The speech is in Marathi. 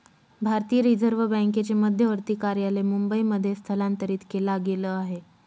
भारतीय रिझर्व बँकेचे मध्यवर्ती कार्यालय मुंबई मध्ये स्थलांतरित केला गेल आहे